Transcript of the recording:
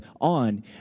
on